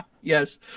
Yes